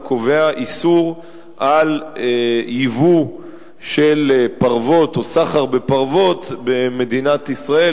הוא קובע איסור ייבוא של פרוות או סחר בפרוות במדינת ישראל,